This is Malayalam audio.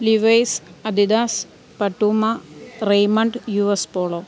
ലിവൈസ് അഡിഡാസ് പട്ടൂമ റെയ്മൺഡ് യു എസ് പോളോ